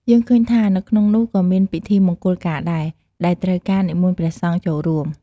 យើងឃើញថានៅក្នុងនោះក៏មានពិធីមង្គលការដែរ ដែលត្រូវការនិមន្តព្រះសង្ឃចូលរួម។